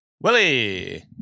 Willie